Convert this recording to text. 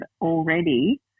already